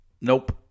Nope